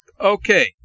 okay